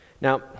Now